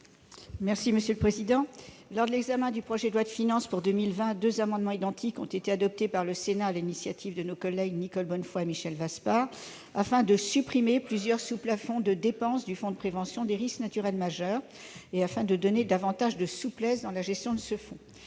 présenter l'amendement n° 6. Lors de l'examen du projet de loi de finances pour 2020, deux amendements identiques ont été adoptés par le Sénat sur l'initiative de nos collègues Nicole Bonnefoy et Michel Vaspart, afin de supprimer plusieurs sous-plafonds de dépenses du fonds de prévention des risques naturels majeurs, et de donner davantage de souplesse dans la gestion de ce fonds.